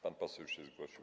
Pan poseł się zgłosił.